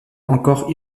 encore